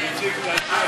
היושב-ראש,